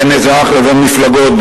בין אזרח לבין מפלגות,